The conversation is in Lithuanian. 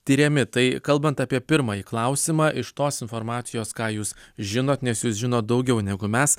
tiriami tai kalbant apie pirmąjį klausimą iš tos informacijos ką jūs žinot nes jūs žinot daugiau negu mes